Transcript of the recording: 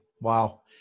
Wow